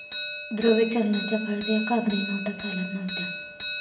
द्रव्य चलनाच्या काळात या कागदी नोटा चालत नव्हत्या